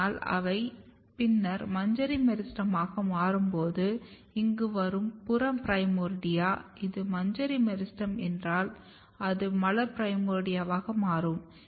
ஆனால் அவை பின்னர் மஞ்சரி மெரிஸ்டெமாக மாறும்போது இங்கு வரும் புற பிரைமோர்டியா இது மஞ்சரி மெரிஸ்டெம் என்றால் அது மலர் பிரைமோர்டியாவாக மாறும்